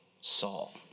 Saul